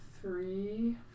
three